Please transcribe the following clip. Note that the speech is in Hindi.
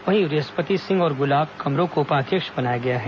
वहीं बृहस्पति सिंह और गुलाब कमरो को उपाध्यक्ष बनाया गया है